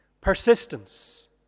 persistence